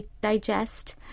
digest